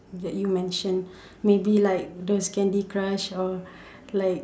that you mention maybe like those Candy Crush or like